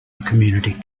community